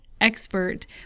Expert